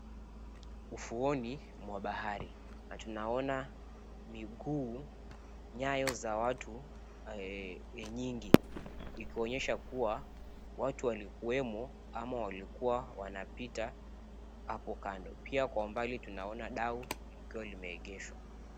Ufuoni mwa bahari na tunaona miguu, nyayo za watu nyingi ikionyesha kuwa watu walikuwemo ama walikua wanapita apo kando, kwa mbali tunaona dau likiwa limeegeshwa.